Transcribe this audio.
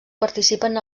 participen